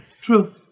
True